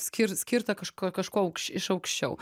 skir skirta kažk kažko aukš iš aukščiau